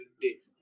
date